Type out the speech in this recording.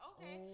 Okay